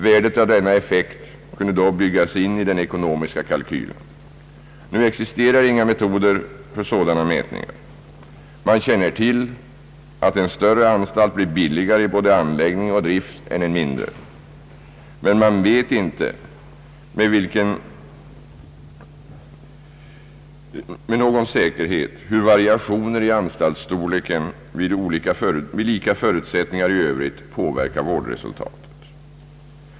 Värdet av den na effekt kunde då byggas in i den ekonomiska kalkylen. Nu existerar inga metoder för sådana mätningar. Man känner till att en större anstalt blir billigare i både anläggning och drift än en mindre. Men man vet inte med någon säkerhet hur variationer i anstaltsstorleken, vid lika förutsättningar i övrigt, påverkar vårdresultatet.